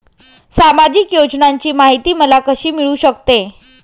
सामाजिक योजनांची माहिती मला कशी मिळू शकते?